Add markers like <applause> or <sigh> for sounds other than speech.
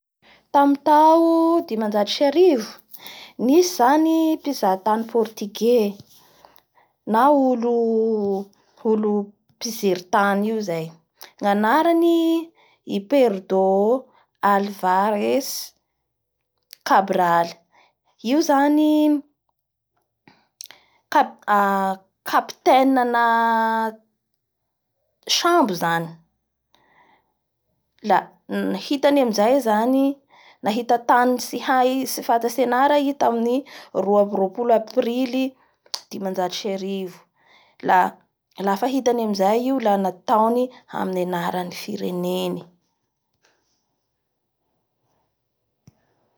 Tamin'ny tao dimanjato sy arivo <noise> nisy zany mpizahatany portugais na olo- <hesitation> olo mpijery tany io zay nganarany i Perdo Alvarers Cabrale io zany capitaine na <hesitation> sambo zany la nihitany amizay zany-nahita tany tsy hay tsy fantasy anara iii tamin'nyt roa ambin'ny roapolo aprily dimanjato sy arivo la lafa hitany amizay io da nataony amin'ny anaran'ny fireneny